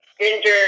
ginger